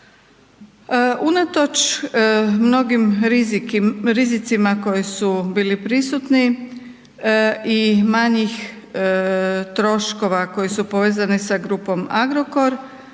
Unatoč mnogim rizicima koji su bili prisutni i manjih troškova koji su povezani sa grupom Agrokor,